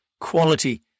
quality